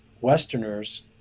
Westerners